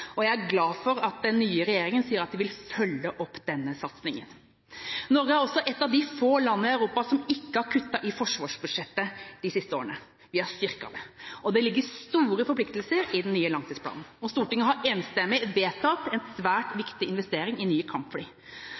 og jeg er glad for at den nye regjeringa sier at de vil følge opp denne satsingen. Norge er også et av de få landene som ikke har kuttet i forsvarsbudsjettet de siste åra, vi har styrket det. Det ligger store forpliktelser i den nye langtidsplanen, og Stortinget har enstemmig vedtatt en svært viktig investering i nye kampfly.